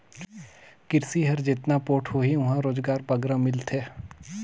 किरसी हर जेतना पोठ होही उहां रोजगार बगरा मिलथे